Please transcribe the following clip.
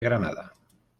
granada